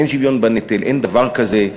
אין שוויון בנטל, אין דבר כזה,